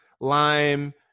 lime